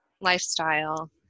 lifestyle